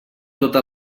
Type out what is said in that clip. tota